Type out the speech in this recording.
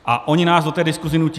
A oni nás do té diskuze nutí.